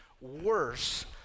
worse